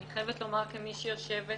אני חייבת לומר כמי שיושבת